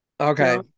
okay